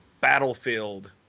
Battlefield